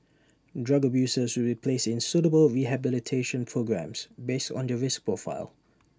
drug abusers will be placed in suitable rehabilitation programmes based on their risk profile